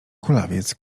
kulawiec